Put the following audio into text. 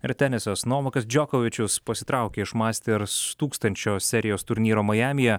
ir tenisas novakas džokovičius pasitraukė iš masters tūkstančio serijos turnyro majamyje